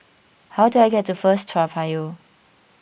how do I get to First Toa Payoh